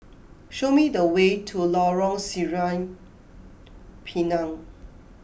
show me the way to Lorong Sireh Pinang